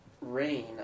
rain